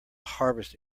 harvest